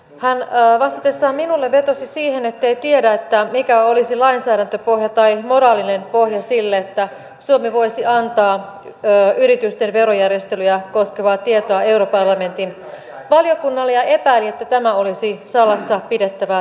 hän vastatessaan minulle vetosi siihen ettei tiedä mikä olisi lainsäädäntöpohja tai moraalinen pohja sille että suomi voisi antaa yritysten verojärjestelyjä koskevaa tietoa europarlamentin valiokunnalle ja epäili että tämä olisi salassa pidettävää tietoa